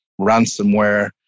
ransomware